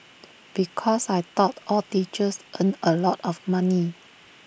because I thought all teachers earned A lot of money